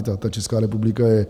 Ta Česká republika je...